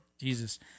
Jesus